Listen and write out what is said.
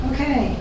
Okay